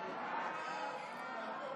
ההצעה להעביר